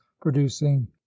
producing